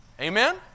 Amen